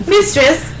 Mistress